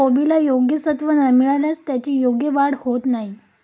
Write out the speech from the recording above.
कोबीला योग्य सत्व न मिळाल्यास त्याची योग्य वाढ होत नाही